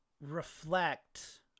reflect